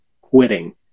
quitting